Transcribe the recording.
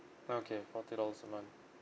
okay forty dollars a month